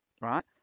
right